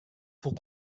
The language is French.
pour